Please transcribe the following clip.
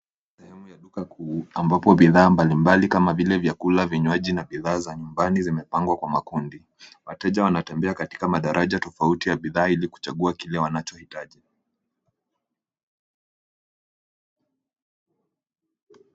Sehemu ya duka kuu, ambapo bidhaa mbalimbali kama vile vyakula, vinywaji na bidhaa za nyumbani zimepangwa kwa makundi. Wateja wanatembea katika madaraja tofauti ya bidhaa ili kuchagua kile wanachohitaji.